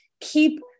keep